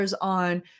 on